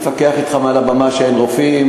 אני אתווכח אתך מעל הבימה שאין רופאים,